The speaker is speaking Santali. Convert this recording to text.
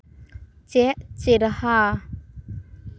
ᱪᱮᱫ ᱪᱮᱨᱦᱟ